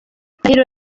ndahiro